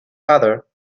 father